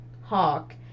hawk